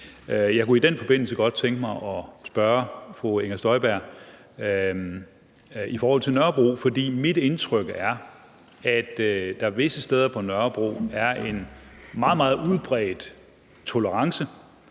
Jeg kunne i den forbindelse godt tænke mig at spørge fru Inger Støjberg i forhold til Nørrebro, for mit indtryk er, at der visse steder på Nørrebro er en meget, meget udbredt tolerance